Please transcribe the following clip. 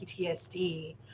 PTSD